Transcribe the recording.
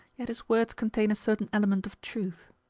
yet his words contain a certain element of truth.